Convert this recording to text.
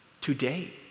today